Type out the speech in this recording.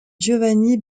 giovanni